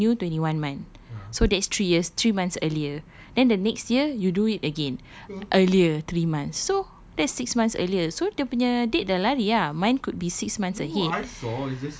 tapi you renew twenty one month so that's three years three months earlier then the next year you do it again earlier three months so that's six months earlier so dia punya date dah lari ah mine could be six months ahead